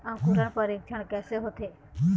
अंकुरण परीक्षण कैसे होथे?